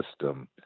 system